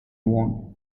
won